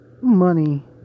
money